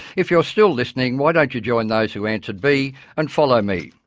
if you're still listening, why don't you join those who answered b and follow me?